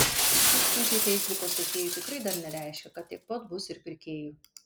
tūkstančiai feisbuko sekėjų tikrai dar nereiškia kad tiek pat bus ir pirkėjų